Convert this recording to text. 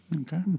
Okay